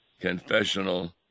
confessional